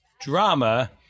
drama